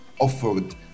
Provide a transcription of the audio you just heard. offered